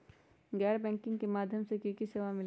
गैर बैंकिंग के माध्यम से की की सेवा मिली?